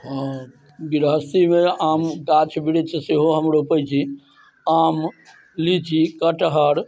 आओर बिरहसीवला आम गाछ वृक्ष सेहो हम रोपै छी आम लीची कटहर